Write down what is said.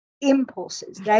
impulses